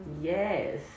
Yes